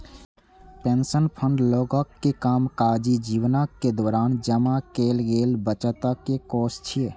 pension fund लोकक कामकाजी जीवनक दौरान जमा कैल गेल बचतक कोष छियै